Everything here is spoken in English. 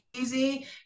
easy